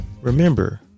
Remember